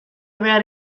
behar